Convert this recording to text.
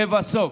לבסוף,